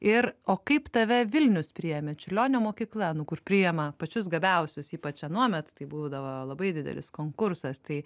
ir o kaip tave vilnius priėmė čiurlionio mokykla nu kur priima pačius gabiausius ypač anuomet tai būdavo labai didelis konkursas tai